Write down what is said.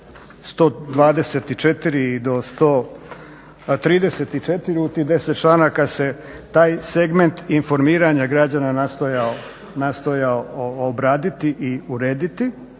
124 do 134. U tih 10 članaka se taj segment informiranja građana nastojao obraditi i urediti